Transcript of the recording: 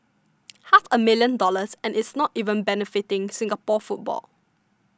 half a million dollars and it's not even benefiting Singapore football